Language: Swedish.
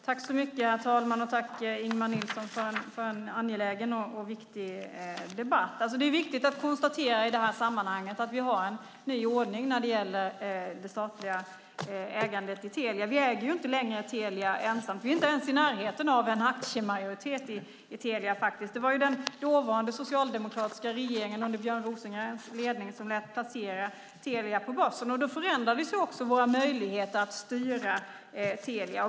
Herr talman! Jag vill tacka Ingemar Nilsson för en angelägen och viktig debatt. I sammanhanget är det viktigt att konstatera att vi har en ny ordning när det gäller det statliga ägandet i Telia. Staten ensam äger inte längre Telia. Staten är inte ens i närheten av en aktiemajoritet i Telia. Det var den socialdemokratiska regeringen som under Björn Rosengrens ledning lät placera Telia på börsen. Då förändrades våra möjligheter att styra Telia.